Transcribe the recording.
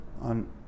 on